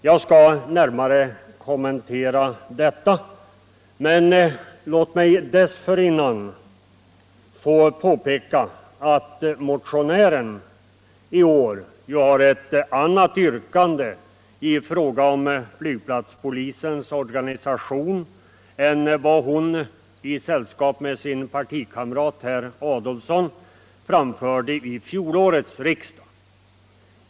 Jag skall närmare kommentera detta. Men låt mig dessförinnan påpeka att motionären i år har ett annat yrkande i fråga om flygplatspolisens organisation än det yrkande som hon, i sällskap med sin partikamrat herr Adolfsson, framförde vid fjolårets riksdag.